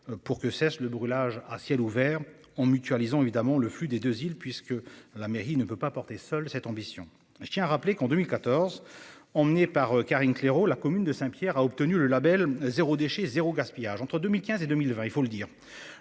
pour que cesse le brûlage à ciel ouvert en mutualisant évidemment le flux des deux îles puisque la mairie ne peut pas porter seule cette ambition, je tiens à rappeler qu'en 2014. Par Karine Claireaux. La commune de Saint Pierre a obtenu le Label 0 déchet 0 gaspillage entre 2015 et 2020, il faut le dire.